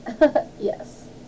Yes